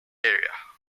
area